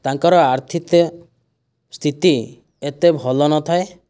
ତାଙ୍କର ଆର୍ଥିକ ସ୍ଥିତି ଏତେ ଭଲ ନଥାଏ